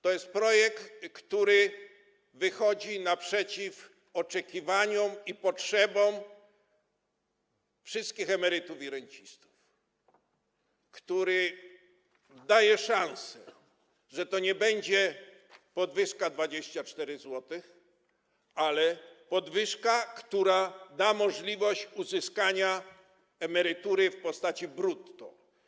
To jest projekt, który wychodzi naprzeciw oczekiwaniom i potrzebom wszystkich emerytów i rencistów, który daje szansę, że to nie będzie podwyżka w kwocie 24 zł, ale będzie to podwyżka, która da możliwość uzyskania emerytury w postaci brutto.